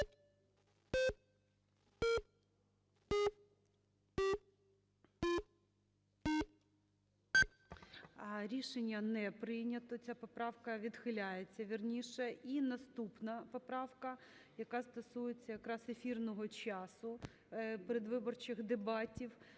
Рішення не прийнято. Ця поправка відхиляється, вірніше. І наступна поправка, яка стосується якраз ефірного часу передвиборчих дебатів,